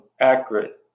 accurate